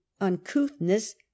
uncouthness